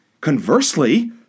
Conversely